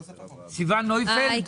שלום, אני